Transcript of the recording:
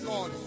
God